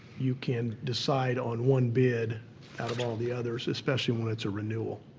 you can decide on one bid out of all the others, especially when it's a renewal.